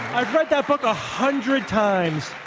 i've read that book a hundred times.